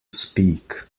speak